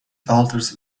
alters